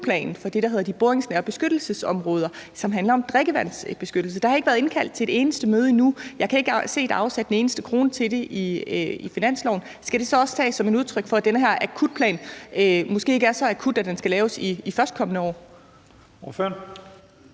for det, der hedder de boringsnære beskyttelsesområder, som handler om drikkevandsbeskyttelse, og der har ikke været indkaldt til et eneste møde endnu, og jeg kan ikke se, at der er afsat en eneste krone til det i finansloven. Skal det så også tages som et udtryk for, at den her akutplan måske ikke er så akut, at den skal laves i det førstkommende år?